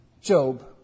Job